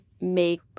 make